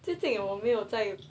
最近有没有在